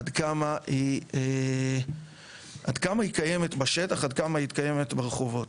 עד כמה היא קיימת בשטח, עד כמה היא קיימת ברחובות.